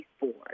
Board